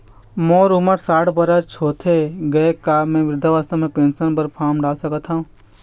मोर उमर साठ बछर होथे गए हे का म वृद्धावस्था पेंशन पर फार्म डाल सकत हंव?